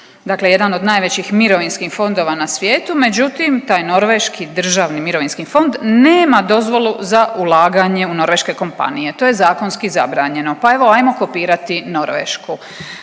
dakle jedan od najvećih mirovinskih fondova na svijetu, međutim, taj norveški državni mirovinski fond nema dozvolu za ulaganje u norveške kompanije. To je zakonski zabranjeno, pa evo, ajmo kopirati Norvešku.